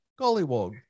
Gollywog